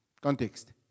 context